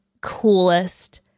coolest